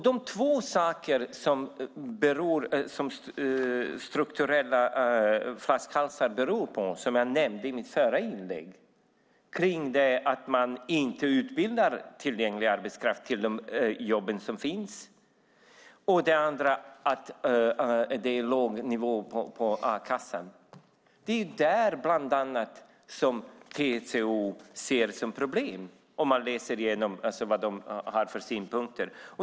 De två saker som de strukturella flaskhalsar som jag nämnde i mitt förra inlägg beror på är för det första att man inte utbildar tillgänglig arbetskraft till de jobb som finns och för det andra att det är låg nivå på a-kassan. Det är bland annat detta som TCO ser som problem när man läser igenom deras synpunkter.